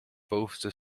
bovenste